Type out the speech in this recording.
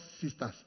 sisters